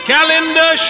Calendar